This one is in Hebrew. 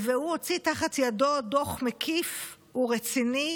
הוא הוציא תחת ידו דוח מקיף ורציני